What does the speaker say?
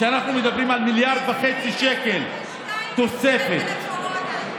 אני מבטיח לך שנפתור את הבעיה.